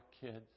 kids